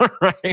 right